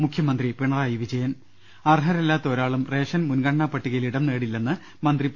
മുഖ്യമന്ത്രി പിണറായി വിജയൻ അർഹരല്പാത്ത ഒരാളും റേഷൻ മുൻഗ്ണനാപട്ടികയിൽ ഇടം നേടില്ലെന്ന് മന്ത്രി പി